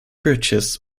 bridges